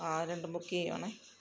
ആ രണ്ടും ബുക്കെയ്യുവാണെ